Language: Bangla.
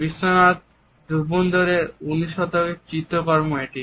বিশ্বনাথ ধুরন্ধরের 19 শতকের চিত্রকর্ম এটি